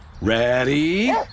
Ready